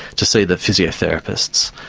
to see the physiotherapists.